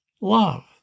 Love